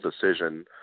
decision